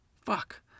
Fuck